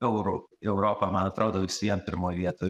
eurų europa man atrodo vis vien pirmoj vietoj